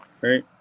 right